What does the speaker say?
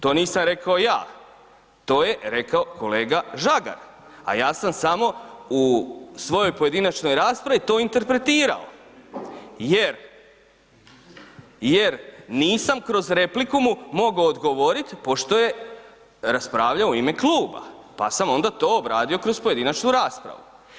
To nisam rekao ja, to je rekao kolega Žagar a ja sam samo u svojoj pojedinačnoj raspravi to interpretirao jer nisam kroz repliku mu mogao odgovoriti pošto je raspravljao u ime kluba pa sam onda to obradio kroz pojedinačnu raspravu.